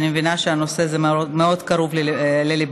שאני מבינה שהנושא הזה מאוד קרוב לליבם.